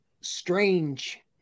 strange